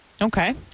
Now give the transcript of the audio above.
Okay